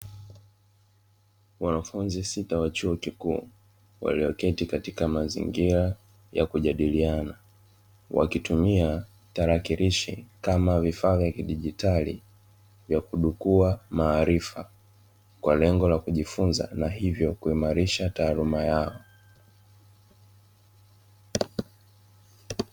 Wanafunzi sita wa chuo kikuu walioketi katika mazingira ya kujadiliana, wakitumia tarakilishi kama vifaa vya kidijitali vya kudukua maarifa kwa lengo la kujifunza na hivyo kuimarisha taaluma yao.